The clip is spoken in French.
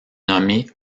nommé